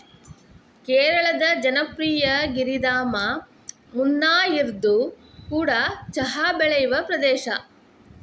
ಕೇರಳದ ಜನಪ್ರಿಯ ಗಿರಿಧಾಮ ಮುನ್ನಾರ್ಇದು ಕೂಡ ಚಹಾ ಬೆಳೆಯುವ ಪ್ರದೇಶ